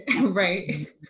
Right